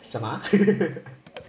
什么